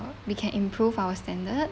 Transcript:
we can improve our standards